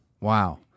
Wow